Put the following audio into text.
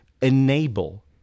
enable